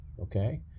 Okay